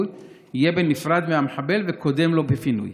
יהיה בנפרד מהמחבל וקודם לו בפינוי?